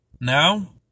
Now